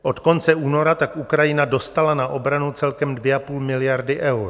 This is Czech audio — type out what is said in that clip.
Od konce února tak Ukrajina dostala na obranu celkem 2,5 miliardy eur.